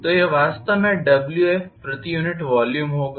तो यह वास्तव में Wf प्रति यूनिट वॉल्यूम होगा